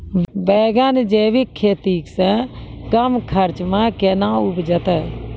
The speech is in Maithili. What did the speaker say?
बैंगन जैविक खेती से कम खर्च मे कैना उपजते?